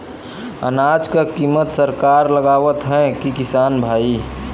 अनाज क कीमत सरकार लगावत हैं कि किसान भाई?